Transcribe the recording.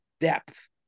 depth